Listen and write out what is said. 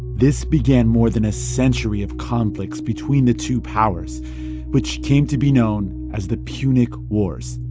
this began more than a century of conflicts between the two powers which came to be known as the punic wars